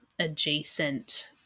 adjacent